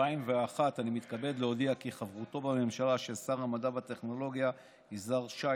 אני מתכבד להודיע כי חברותו בממשלה של שר המדע והטכנולוגיה יזהר שי